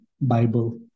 Bible